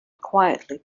quietly